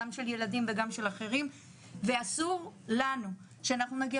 גם של ילדים וגם של אחרים ואסור לנו שנגיע